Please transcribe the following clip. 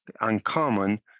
uncommon